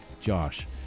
Josh